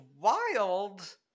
wild